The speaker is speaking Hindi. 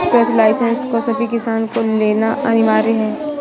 कृषि लाइसेंस को सभी किसान को लेना अनिवार्य है